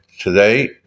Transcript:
today